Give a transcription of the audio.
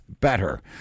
better